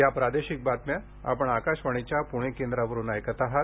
या प्रादेशिक बातम्या आपण आकाशवाणीच्या पुणे केंद्रावरुन ऐकत आहात